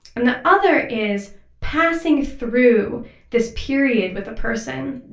and the other is passing through this period with a person,